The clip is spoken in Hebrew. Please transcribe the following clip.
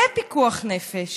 זה פיקוח נפש